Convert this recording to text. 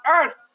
earth